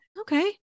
okay